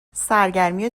سرگرمی